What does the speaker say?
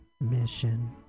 mission